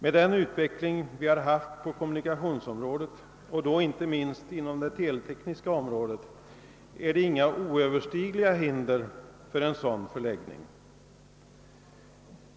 Med den utveckling vi har haft på kommunikationsområdet — och då inte minst inom det teletekniska området — finns inga oöverstigliga hinder för en sådan förläggning.